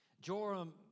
Joram